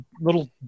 little